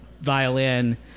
violin